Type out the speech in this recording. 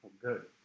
Good